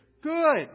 good